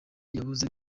yabuze